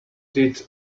did